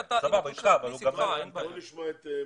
בוא נשמע את המינהל.